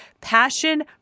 passion